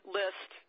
list